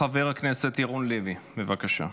חבר הכנסת ירון לוי, בבקשה.